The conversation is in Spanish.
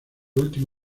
último